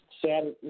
Saturday